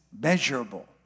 measurable